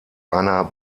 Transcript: einer